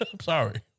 sorry